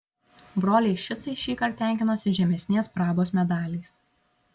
broliai šicai šįkart tenkinosi žemesnės prabos medaliais